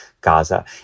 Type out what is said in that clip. Gaza